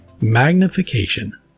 MAGNIFICATION